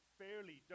fairly